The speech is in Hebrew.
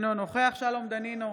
אינו נוכח שלום דנינו,